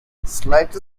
slightly